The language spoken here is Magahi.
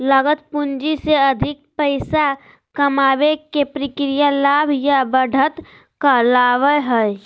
लागत पूंजी से अधिक पैसा कमाबे के प्रक्रिया लाभ या बढ़त कहलावय हय